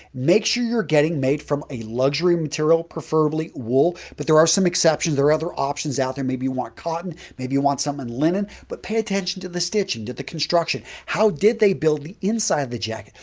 make sure you're getting made from a luxury material preferably wool. but, there are some exceptions there are other options out there. maybe you want cotton maybe you want something in linen. but, pay attention to the stitching to the construction. how did they build the inside of the jacket?